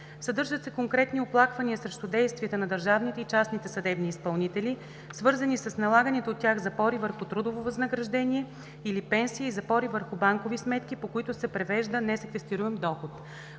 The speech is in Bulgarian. Съдържат се конкретни оплаквания срещу действията на държавните и частните съдебни изпълнители, свързани с налаганите от тях запори върху трудово възнаграждение или пенсия и запори върху банкови сметки, по които се превежда несеквестируем доход.